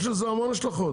יש לזה המון השלכות.